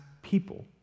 people